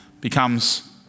becomes